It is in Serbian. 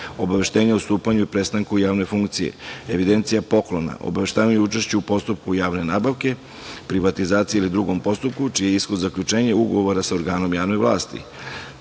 Obaveštenje o stupanju i prestanku javne funkcije, Evidencija poklona, Obaveštavanje o učešću u postupku javne nabavke, privatizacije ili u drugom postupku čiji je ishod zaključenje ugovora sa organom javne vlasti,